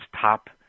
top